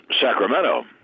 Sacramento